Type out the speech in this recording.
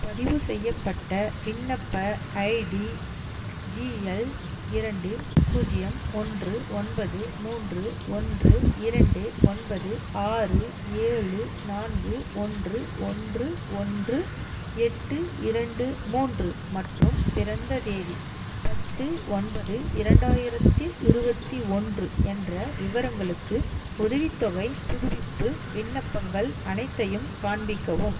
பதிவுசெய்யப்பட்ட விண்ணப்ப ID G L இரண்டு பூஜ்ஜியம் ஒன்று ஒன்பது மூன்று ஒன்று இரண்டு ஒன்பது ஆறு ஏழு நான்கு ஒன்று ஒன்று ஒன்று எட்டு இரண்டு மூன்று மற்றும் பிறந்த தேதி பத்து ஒன்பது இரண்டாயிரத்தி இருபத்தி ஒன்று என்ற விவரங்களுக்கு உதவித்தொகைப் புதுப்பிப்பு விண்ணப்பங்கள் அனைத்தையும் காண்பிக்கவும்